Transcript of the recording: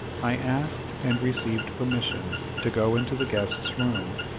i asked and received permission to go into the guests' room,